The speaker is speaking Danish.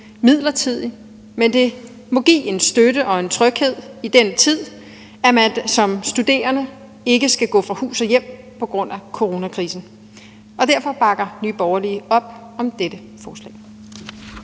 midlertidigt, men det må give en støtte og en tryghed i denne tid, at man som studerende ikke skal gå fra hus og hjem på grund af coronakrisen. Og derfor bakker Nye Borgerlige op om dette forslag.